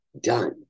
done